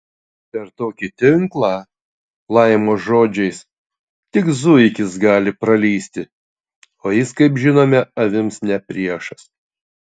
per tokį tinklą laimo žodžiais tik zuikis gali pralįsti o jis kaip žinome avims ne priešas